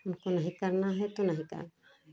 उनको नहीं करना है तो नहीं करना है